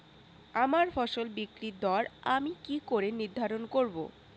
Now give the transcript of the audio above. আমার ফসল বিক্রির দর আমি কি করে নির্ধারন করব?